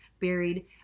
buried